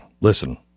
Listen